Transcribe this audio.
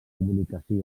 comunicació